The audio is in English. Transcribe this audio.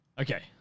Okay